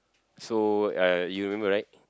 so uh you remember right